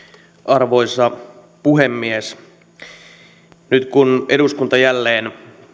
arvoisa puhemies nyt kun eduskunta jälleen